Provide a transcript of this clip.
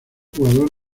jugador